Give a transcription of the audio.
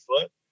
foot